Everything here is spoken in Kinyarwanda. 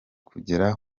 kugera